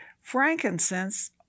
frankincense